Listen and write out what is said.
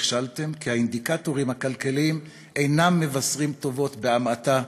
נכשלתן כי האינדיקטורים הכלכליים אינם מבשרים טובות לכלכלה,